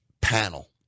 panel